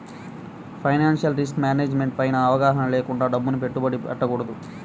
financial risk management పైన అవగాహన లేకుండా డబ్బుని పెట్టుబడి పెట్టకూడదు